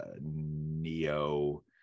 neo